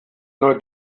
neu